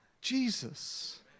Jesus